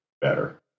better